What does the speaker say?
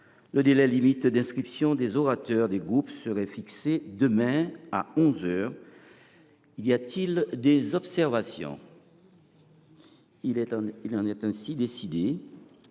Le délai limite d’inscription des orateurs des groupes serait fixé demain à 11 heures. Y a t il des observations ?… Il en est ainsi décidé.